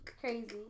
crazy